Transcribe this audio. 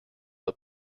but